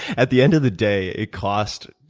at the end of the day, it cost,